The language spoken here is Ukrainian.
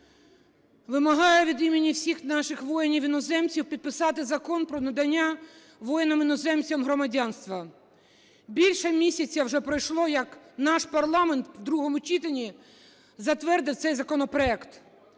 вимагаю від імені всіх наших воїнів-іноземців підписати Закон про надання воїнам-іноземцям громадянства. Більше місяця вже пройшло, як наш парламент в другому читанні затвердив цей законопроект.